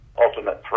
ultimate